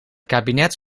kabinet